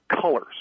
colors